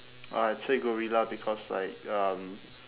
oh I'd say gorilla because like um